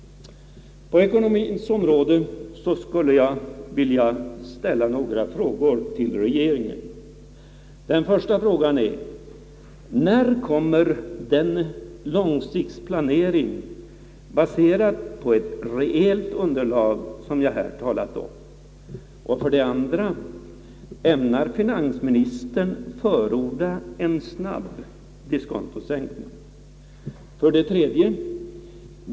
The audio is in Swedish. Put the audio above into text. På ekonomiens område skulle jag vilja ställa några frågor till regeringen. 1. När kommer den långsiktsplanering baserad på ett reellt underlag som jag här har talat om? 2. Ämnar finansministern förorda en snabb diskontosänkning? 3.